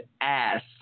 ass